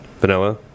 Vanilla